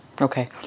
Okay